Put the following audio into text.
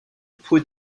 put